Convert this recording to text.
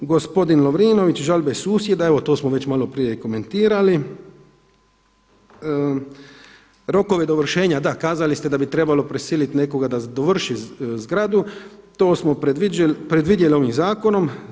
Gospodin Lovrinović, žalbe susjeda evo to smo već maloprije komentirali, rokove dovršenja, da kazali ste da bi trebalo prisiliti nekoga da dovrši zgradu, to smo predvidjeli ovim zakonom.